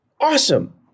awesome